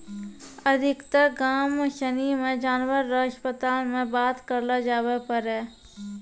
अधिकतर गाम सनी मे जानवर रो अस्पताल मे बात करलो जावै पारै